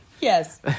Yes